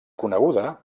coneguda